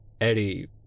Eddie